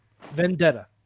Vendetta